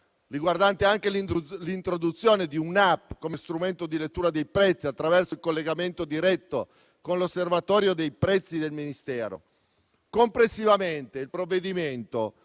riguardante anche l'introduzione di un'*app* come strumento di lettura dei prezzi, attraverso il collegamento diretto con l'osservatorio dei prezzi del Ministero.